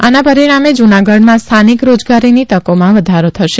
આના પરિણામે જૂનાગઢમાં સ્થાનિક રોજગારીની તકોમાં વધારો થશે